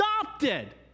adopted